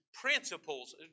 principles